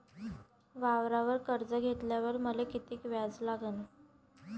वावरावर कर्ज घेतल्यावर मले कितीक व्याज लागन?